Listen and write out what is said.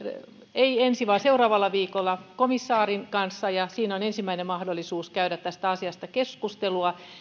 ei ensi vaan sitä seuraavalla viikolla komissaarin kanssa ja siinä on ensimmäinen mahdollisuus käydä tästä asiasta keskustelua